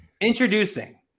introducing